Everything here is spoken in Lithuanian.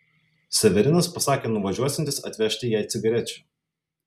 severinas pasakė nuvažiuosiantis atvežti jai cigarečių